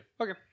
Okay